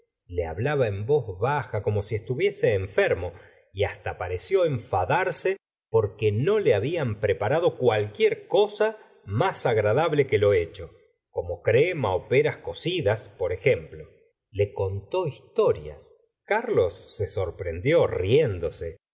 le hablaba en voz baja como si estuviese enfermo y hasta pareció enfadarse porque no le hablan preparado cualquier cosa más agradable que lo hecho como crema peras cocidas por ejemplo le contó historias carlos se sorprendió riéndose